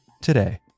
today